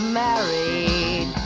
married